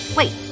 Wait